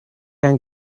going